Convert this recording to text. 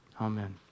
amen